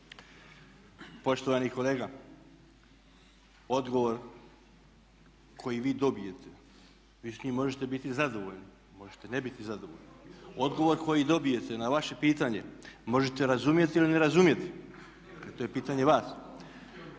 Poštovani kolega, odgovor koji vi dobijete, vi s njim možete biti zadovoljni, možete ne biti zadovoljni, odgovor koji dobijete na vaše pitanje možete razumjeti ili ne razumjeti a to je pitanje vas.